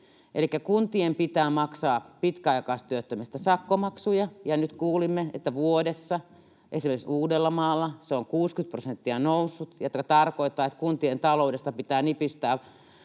kuntien pitää maksaa pitkäaikaistyöttömistä sakkomaksuja, ja nyt kuulimme, että vuodessa esimerkiksi Uudellamaalla se on noussut 60 prosenttia. Tämä tarkoittaa, että kuntien taloudesta pitää nipistää